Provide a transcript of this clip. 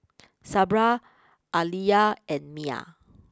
Sabra Aaliyah and Miah